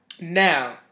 Now